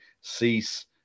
cease